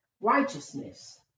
Righteousness